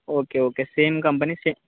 okay okay same company same